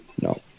No